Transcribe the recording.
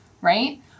right